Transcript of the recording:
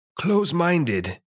close-minded